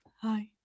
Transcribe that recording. hi